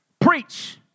Preach